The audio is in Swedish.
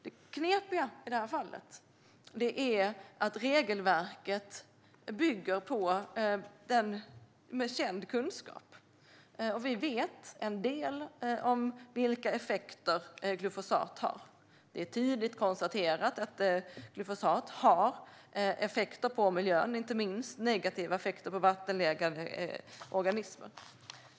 Det knepiga i det här fallet är att regelverket bygger på känd kunskap. Vi vet en del om vilka effekter glyfosat har. Det är tydligt konstaterat att glyfosat har effekter på miljön, inte minst negativa effekter på vattenlevande organismer.